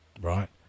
right